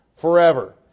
forever